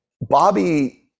Bobby